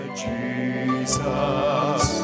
Jesus